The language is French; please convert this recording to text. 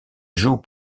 joue